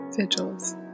Vigils